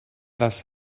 das